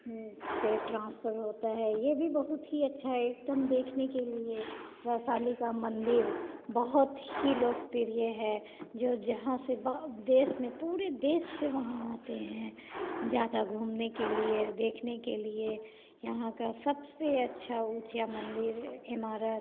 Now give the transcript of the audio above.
से ट्रांसफर होता हैं यह भी बहुत ही अच्छा है एक दम देखने के लिए वैशाली का मंदिर बहुत ही लोकप्रिय है जो जहाँ से देश में पुरे देश से वहाँ आते हैं ज़्यादा घूमने के लिए देखने के लिए यहाँ का सबसे अच्छा उचिया मंदीर इमारत